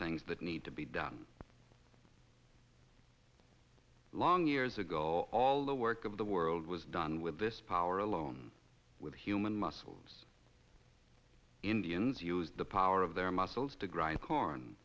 things that need to be done long years ago all the work of the world was done with this power alone with human muscles indians used the power of their muscles to grind corn